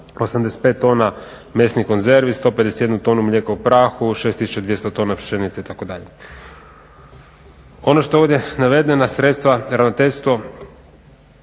85 tona mesnih konzervi, 151 tonu mlijeka u prahu, 6 200 tona pšenice itd. Ono što je ovdje navedena sredstva ravnateljstvo